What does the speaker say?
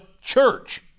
church